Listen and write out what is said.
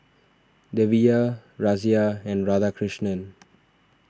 Devi Razia and Radhakrishnan